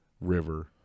River